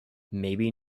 maybe